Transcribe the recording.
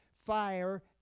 fire